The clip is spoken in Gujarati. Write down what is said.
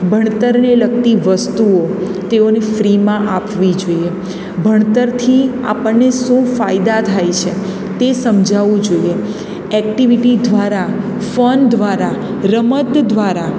ભણતરને લગતી વસ્તુઓ તેઓની ફ્રીમાં આપવી જોઈએ ભણતરથી આપણને શું ફાયદા થાય છે તે સમજાવવું જોઈએ એક્ટિવિટી દ્વારા ફન દ્વારા રમત દ્વારા